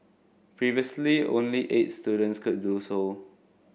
previously only eight students could do so